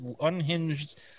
unhinged